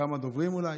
כמה דוברים אולי,